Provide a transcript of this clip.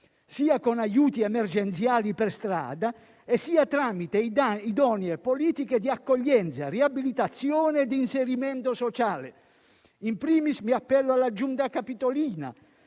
sia con aiuti emergenziali per strada, sia tramite idonee politiche di accoglienza, riabilitazione e reinserimento sociale. *In primis* mi appello alla Giunta capitolina,